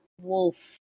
wolf